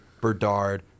Berdard